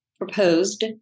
proposed